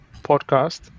podcast